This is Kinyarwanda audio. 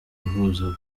uhuza